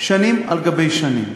שנים על גבי שנים,